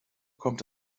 kommt